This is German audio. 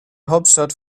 hauptstadt